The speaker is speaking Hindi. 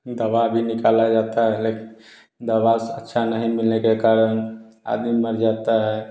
दवा भी निकाला जाता है लेकिन दवा अच्छा नहीं मिलने के कारण आदमी मर जाता है